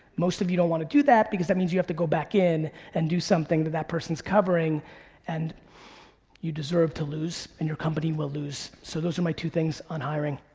most of you don't wanna do that because that means you have to go back in and do something that that person's covering and you deserve to lose and your company will lose. so those are my two things on hiring.